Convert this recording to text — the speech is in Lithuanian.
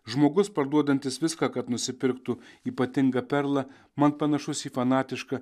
žmogus parduodantis viską kad nusipirktų ypatingą perlą man panašus į fanatišką